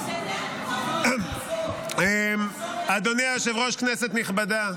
עזוב --- אדוני היושב-ראש, כנסת נכבדה,